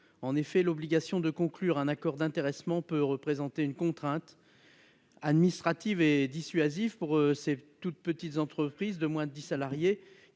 En effet, l'obligation de conclure un accord d'intéressement peut représenter une contrainte administrative dissuasive pour ces très petites entreprises de moins de dix salariés,